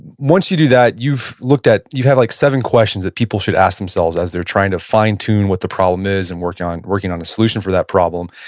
once you do that you've looked at, you have like seven questions that people should ask themselves as they're trying to fine-tune what the problem is and working on working on the solution for that problem.